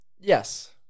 Yes